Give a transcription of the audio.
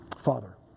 Father